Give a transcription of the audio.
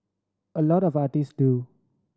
a lot of artist do